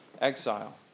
exile